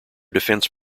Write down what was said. defense